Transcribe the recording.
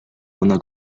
una